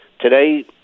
Today